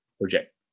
project